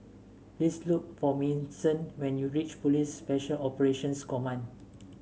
please look for Manson when you reach Police Special Operations Command